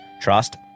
trust